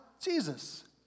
Jesus